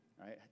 right